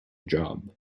job